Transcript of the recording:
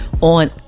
on